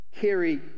carry